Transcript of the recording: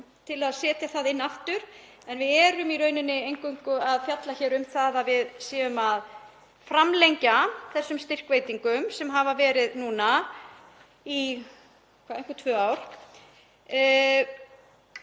til að setja það inn aftur. Við erum í rauninni eingöngu að fjalla um að við séum að framlengja þessar styrkveitingar sem hafa verið í einhver tvö ár.